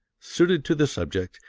suited to the subject,